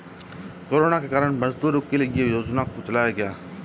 corona के कारण मजदूरों के लिए ये योजना को चलाया गया